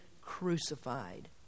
crucified